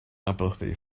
empathy